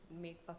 make